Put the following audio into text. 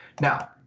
Now